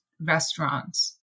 restaurants